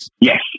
yes